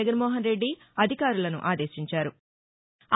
జగన్మోహన్రెడ్డి అధికారులను ఆదేశించారు